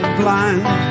blind